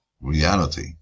reality